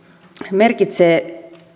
merkitsee